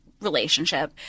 relationship